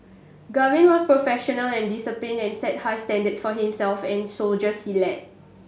Gavin was professional and disciplined and set high standard for himself and soldiers he led